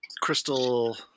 crystal